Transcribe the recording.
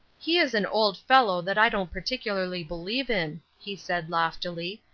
he is an old fellow that i don't particularly believe in, he said, loftily,